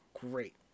Great